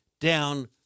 down